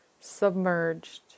submerged